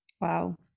Wow